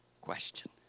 question